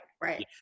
Right